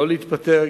לא להתפטר,